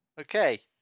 Okay